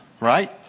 Right